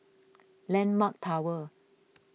Landmark Tower